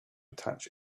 attach